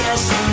Yes